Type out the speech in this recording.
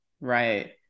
Right